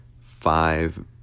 five